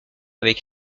avec